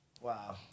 wow